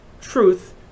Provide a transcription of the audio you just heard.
truth